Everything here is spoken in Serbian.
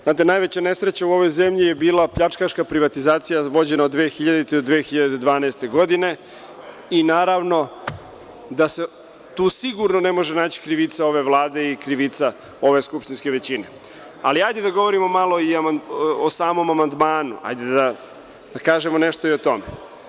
Znate, najveća nesreća u ovoj zemlji je bila pljačkaška privatizacija vođena od 2000. do 2012. godine i naravno da se tu sigurno ne može naći krivica ove Vlade i krivica ove skupštinske većine, ali hajde da govorimo malo i o samom amandmanu, da kažemo nešto i o tome.